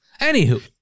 Anywho